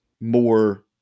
more